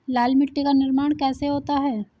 लाल मिट्टी का निर्माण कैसे होता है?